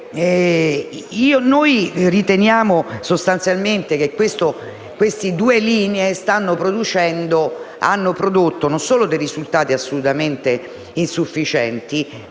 Noi riteniamo sostanzialmente che queste due linee hanno prodotto non solo risultati assolutamente insufficienti,